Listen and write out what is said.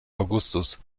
augustus